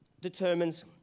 determines